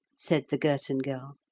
said the girton girl,